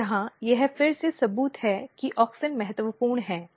और यहाँ यह फिर से सबूत है कि ऑक्सिन महत्वपूर्ण है